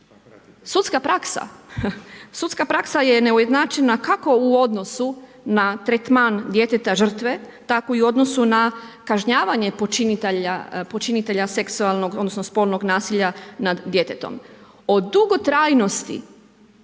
sudska praksa je neujednačena kako u odnosu na tretman djeteta žrtve, tako i u odnosu na kažnjavanje počinitelja seksualnog, odnosno spolnog nasilja nad djetetom. O dugotrajnosti